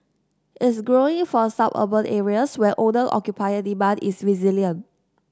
is growing for suburban areas where owner occupier demand is resilient